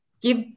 give